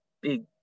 big